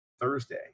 Thursday